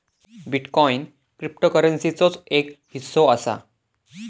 bitcoin क्रिप्टोकरंसीचोच एक हिस्सो असा